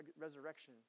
resurrection